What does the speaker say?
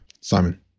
Simon